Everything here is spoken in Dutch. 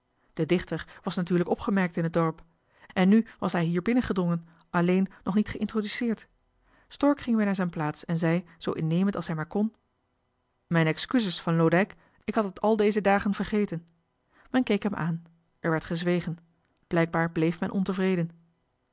de dichter was natuurlijk opgemerkt in het dorp en nu was hij hier binnengedrongen alleen nog niet geïntroduceerd stork ging weer naar zijn plaats en zei zoo innemend als hij maar kon mijn excuses van loodijck ik had het al deze dagen vergeten men keek hem aan er werd gezwegen blijkbaar bleef men ontevreden